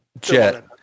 Jet